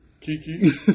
Kiki